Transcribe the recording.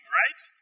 right